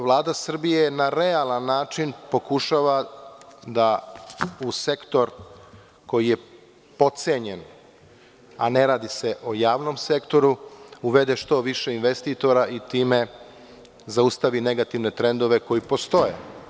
Dakle, Vlada Srbije je na realan način pokušala da, u sektor koji je potcenjen, a ne radi se o javnom sektoru, uvede što više investitora i time zaustavi negativne trendove koji postoje.